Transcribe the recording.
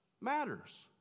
matters